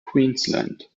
queensland